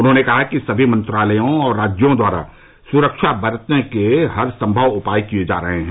उन्होंने कहा कि समी मंत्रालयों और राज्यों द्वारा सुरक्षा बरतने के हरसंभव उपाय किए जा रहे हैं